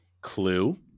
Clue